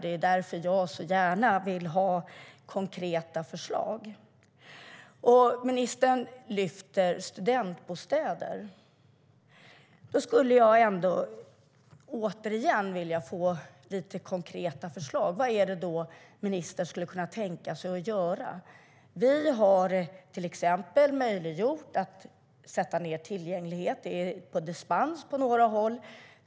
Det är därför jag så gärna vill ha konkreta förslag. Vi har till exempel möjliggjort att sätta ned tillgänglighet - det är på dispens på några håll.